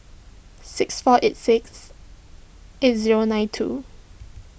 six four eight six eight zero nine two